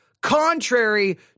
Contrary